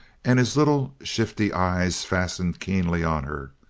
and his little shifty eyes fastened keenly on her.